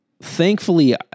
thankfully